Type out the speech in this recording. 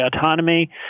autonomy